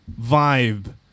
vibe